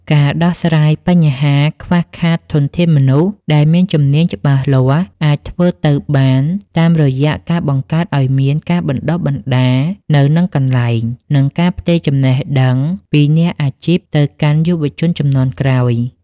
ការដោះស្រាយបញ្ហាខ្វះខាតធនធានមនុស្សដែលមានជំនាញច្បាស់លាស់ អាចធ្វើទៅបានតាមរយៈការបង្កើតឱ្យមានការបណ្ដុះបណ្ដាលនៅនឹងកន្លែង និងការផ្ទេរចំណេះដឹងពីអ្នកអាជីពទៅកាន់យុវជនជំនាន់ក្រោយ។